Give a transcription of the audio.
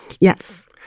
Yes